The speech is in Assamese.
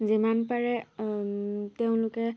যিমান পাৰে তেওঁলোকে